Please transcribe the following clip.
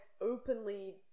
openly